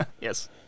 Yes